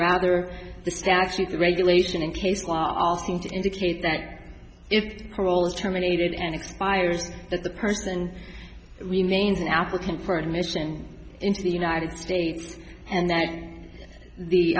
rather the statute the regulation in case law seems to indicate that if parole is terminated and expires that the person remains an applicant for admission into the united states and that the